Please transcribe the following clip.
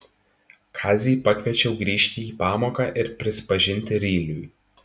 kazį pakviečiau grįžti į pamoką ir prisipažinti ryliui